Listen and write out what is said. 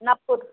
Nagpur